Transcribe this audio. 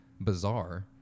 bizarre